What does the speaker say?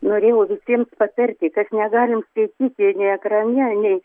norėjau visiems patarti kad negalim skaityti nei ekrane nei